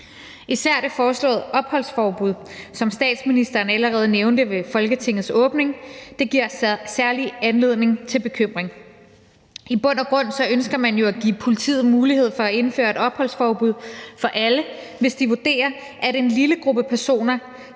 Især det foreslåede opholdsforbud, som statsministeren allerede nævnte ved Folketingets åbning, giver særlig anledning til bekymring. I bund og grund ønsker man jo at give politiet mulighed for at indføre et opholdsforbud for alle, hvis de vurderer, at en lille gruppe personer